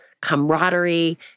camaraderie